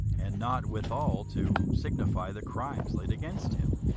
and not withal to signify the crimes laid against him.